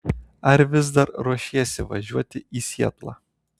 ar vis dar ruošiesi važiuoti į sietlą